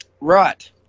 Right